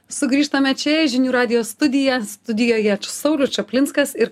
sugrįžtame čia į žinių radijo studiją studijoje saulius čaplinskas ir